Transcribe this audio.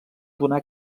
donar